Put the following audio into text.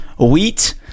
Wheat